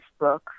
Facebook